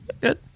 good